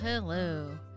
Hello